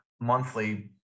monthly